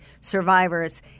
survivors